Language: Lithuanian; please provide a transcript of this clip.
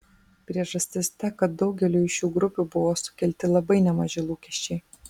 priežastis ta kad daugeliui šių grupių buvo sukelti labai nemaži lūkesčiai